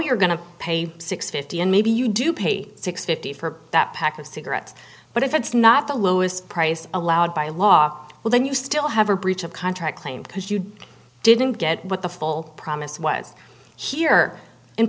you're going to pay six fifty and maybe you do pay six fifty for that pack of cigarettes but if it's not the lowest price allowed by law well then you still have a breach of contract claim because you didn't get what the full promise was here in